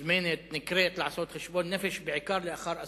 נקראת לעשות חשבון נפש בעיקר לאחר אסונות.